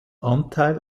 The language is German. anteil